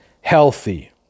healthy